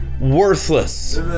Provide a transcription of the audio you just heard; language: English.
worthless